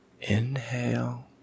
Inhale